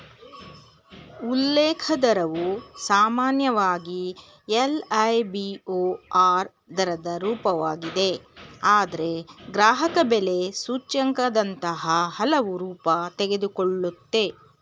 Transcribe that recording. ಉಲ್ಲೇಖ ದರವು ಸಾಮಾನ್ಯವಾಗಿ ಎಲ್.ಐ.ಬಿ.ಓ.ಆರ್ ದರದ ರೂಪವಾಗಿದೆ ಆದ್ರೆ ಗ್ರಾಹಕಬೆಲೆ ಸೂಚ್ಯಂಕದಂತಹ ಹಲವು ರೂಪ ತೆಗೆದುಕೊಳ್ಳುತ್ತೆ